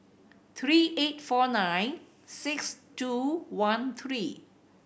three eight four nine six two one three